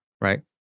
right